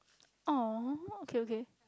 oh okay okay